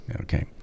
Okay